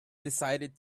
decided